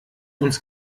uns